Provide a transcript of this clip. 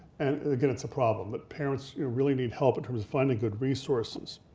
and again, it's a problem that parents really need help with finding good resources.